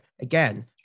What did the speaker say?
again